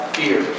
fear